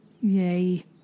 Yay